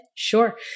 Sure